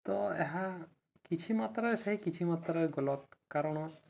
ତ ଏହା କିଛି ମାତ୍ରାରେ ସେହି କିଛି ମାତ୍ରାରେ ଗଲତ୍ କାରଣ